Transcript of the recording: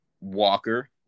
Walker